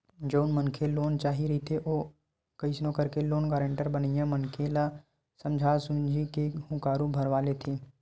जउन मनखे ल लोन चाही रहिथे ओ कइसनो करके लोन गारेंटर बनइया मनखे ल समझा सुमझी के हुँकारू भरवा लेथे